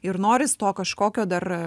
ir noris to kažkokio dar